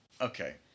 Okay